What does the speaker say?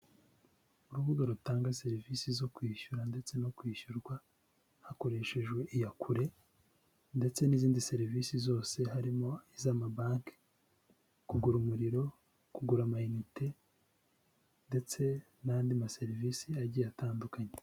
Urubuga rutanga serivise zo kwishyura ndetse no kwishyurwa hakoreshejwe iyakure; ndetse n'izindi serivisi zose: harimo iz'amabanki, kugura umuriro, kugura amainite, ndetse n'andi maserivisi agiye atandukanye.